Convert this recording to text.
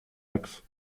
axe